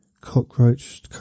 Cockroach